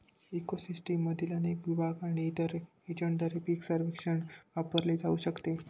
eco सिस्टीममधील अनेक विभाग आणि इतर एजंटद्वारे पीक सर्वेक्षण वापरले जाऊ शकते